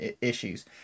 issues